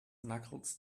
knuckles